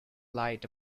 light